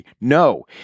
No